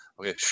okay